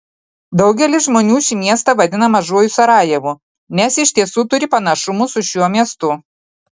daugelis žmonių šį miestą vadina mažuoju sarajevu nes iš tiesų turi panašumų su šiuo miestu